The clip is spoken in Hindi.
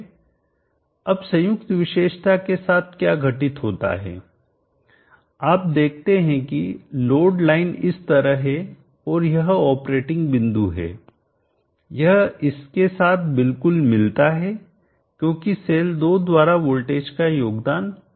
अब संयुक्त विशेषता के साथ क्या घटित होता है आप देखते हैं कि लोड लाइन इस तरह है और यह ऑपरेटिंग बिंदु है यह इसके साथ बिल्कुल मिलता है क्योंकि सेल 2 द्वारा वोल्टेज का योगदान 0 है